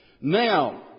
Now